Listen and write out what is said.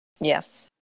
Yes